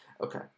Okay